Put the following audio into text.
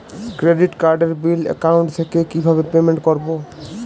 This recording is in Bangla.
ক্রেডিট কার্ডের বিল অ্যাকাউন্ট থেকে কিভাবে পেমেন্ট করবো?